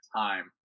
time